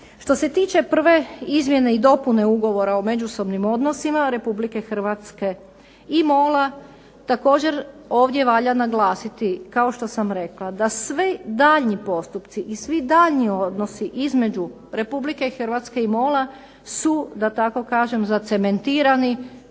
Što se tiče prve izmjene i dopune Ugovora o međusobnim odnosima RH i MOL-a također ovdje valja naglasiti, kao što sam rekla, da svi daljnji postupci i svi daljnji odnosi između RH i MOL-a su, da tako kažem, zacementirani